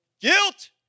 guilt